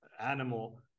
animal